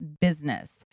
business